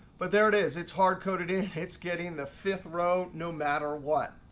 but there it is. it's hard coded in. it's getting the fifth row no matter what.